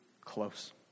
close